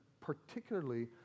Particularly